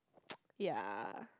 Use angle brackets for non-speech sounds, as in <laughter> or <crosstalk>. <noise> ya